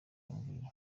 yambwiye